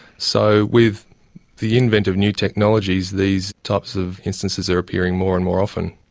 so with the invent of new technologies these types of instances are appearing more and more often.